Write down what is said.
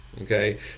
okay